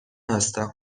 هستم